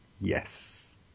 Yes